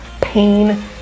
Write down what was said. pain